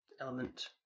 element